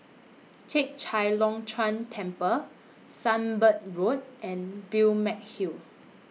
Chek Chai Long Chuen Temple Sunbird Road and Balmeg Hill